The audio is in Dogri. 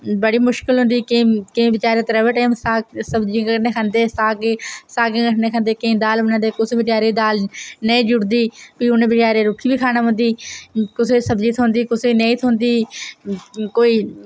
बड़ी मुश्कल होंदी केईं केईं बचैरे त्र'वै टाइम साग सब्जी कन्नै खंदे सागे सागे कन्नै खंदे केईं दाल बनांदे किश बचैरे दाल नेईं जुड़दी फ्ही उन्न बचैरें रुक्खी बी खाने पौंदी कुसै सब्जी थ्होंदी कुसै नेईं थ्होंदी कोई